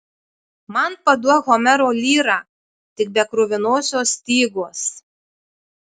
man paduok homero lyrą tik be kruvinosios stygos